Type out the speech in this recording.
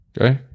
Okay